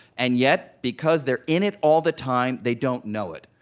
and yet, because they're in it all the time, they don't know it.